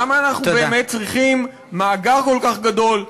למה אנחנו באמת צריכים מאגר כל כך גדול,